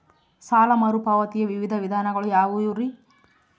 ಸಾಲ ಮರುಪಾವತಿಯ ವಿವಿಧ ವಿಧಾನಗಳು ಯಾವ್ಯಾವುರಿ?